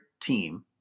team